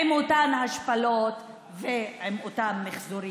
עם אותן השפלות ועם אותם מחזורים.